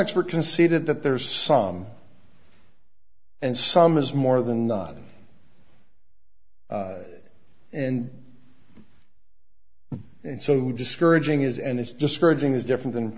expert conceded that there is some and some is more than others and and so discouraging is and it's discouraging is different than